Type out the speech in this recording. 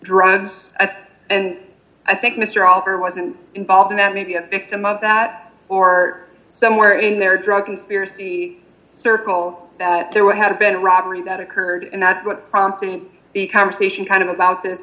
drugs and i think mr author wasn't involved in that maybe a victim of that or somewhere in their drug conspiracy circle that there would have been a robbery that occurred and that's what prompted the conversation kind of about th